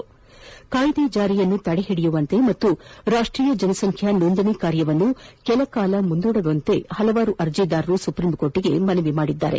CAA ಜಾರಿಯನ್ನು ತಡೆಹಿಡಿಯುವಂತೆ ಹಾಗೂ ರಾಷ್ಟೀಯ ಜನಸಂಖ್ಯಾ ನೋಂದಣಿ ಕಾರ್ಯವನ್ನು ಕೆಲ ಸಮಯದವರೆಗೆ ಮುಂದೂಡುವಂತೆ ಹಲವಾರು ಅರ್ಜಿದಾರರು ಸುಪ್ರೀಂಕೋರ್ಟ್ಗೆ ಮನವಿ ಮಾಡಿದ್ದಾರೆ